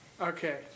Okay